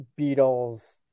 Beatles